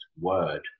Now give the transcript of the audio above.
word